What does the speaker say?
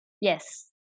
Yes